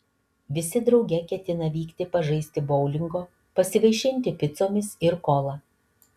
visi drauge ketina vykti pažaisti boulingo pasivaišinti picomis ir kola